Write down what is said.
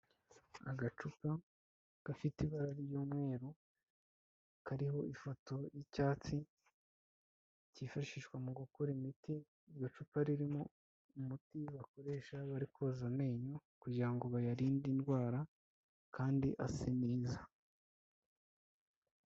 Agacupa gafite ibara ry'umweru, kariho ifoto y'icyatsi, kifashishwa mu gukora imiti, iryo icupa ririmo umuti bakoresha bari koza amenyo kugira ngo bayarinde indwara kandi asa neza.